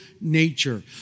nature